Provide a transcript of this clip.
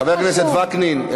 חבר הכנסת וקנין,